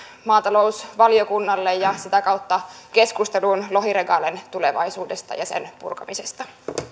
maatalousvaliokunnalle ja sitä kautta keskusteluun lohiregalen tulevaisuudesta ja sen purkamisesta